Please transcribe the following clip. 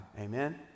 amen